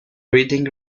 reading